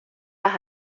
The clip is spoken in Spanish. las